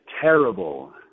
terrible